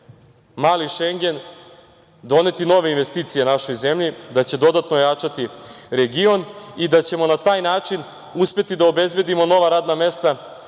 „mali Šengen“ doneti nove investicije našoj zemlji, da će dodatno ojačati region i da ćemo na taj način uspeti da obezbedimo nova radna mesta